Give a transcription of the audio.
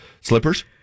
slippers